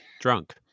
drunk